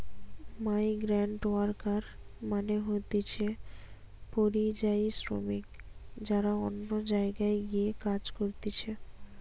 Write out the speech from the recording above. migrant worker মানে হতিছে পরিযায়ী শ্রমিক যারা অন্য জায়গায় গিয়ে কাজ করতিছে